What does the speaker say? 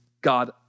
God